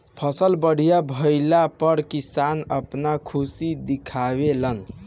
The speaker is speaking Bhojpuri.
फसल बढ़िया भइला पअ किसान आपन खुशी दिखावे लन